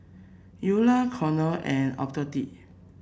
Ula Conor and Obed